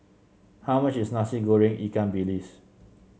how much is Nasi Goreng Ikan Bilis